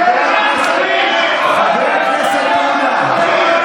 חבר הכנסת עודה.